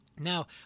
Now